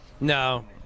No